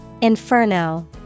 Inferno